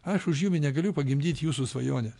aš už jumi negaliu pagimdyti jūsų svajonės